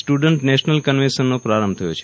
students national કન્વેન્શનનો પ્રારંભ થયો છે